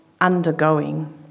undergoing